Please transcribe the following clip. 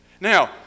Now